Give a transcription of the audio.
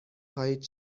خواهید